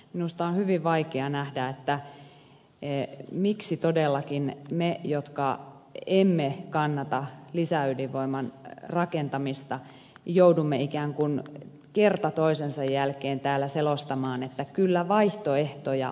minusta on hyvin vaikea nähdä miksi todellakin me jotka emme kannata lisäydinvoiman rakentamista joudumme ikään kuin kerta toisensa jälkeen täällä selostamaan että kyllä vaihtoehtoja on